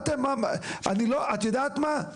את יודעת מה,